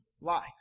life